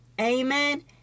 Amen